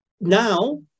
now